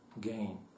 gain